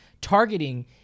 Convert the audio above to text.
targeting